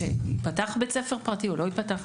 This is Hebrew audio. כשייפתח בית ספר פרטי או לא ייפתח,